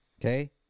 Okay